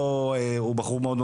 הוא בחור מאוד,